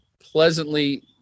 pleasantly